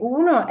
uno